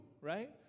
right